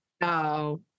no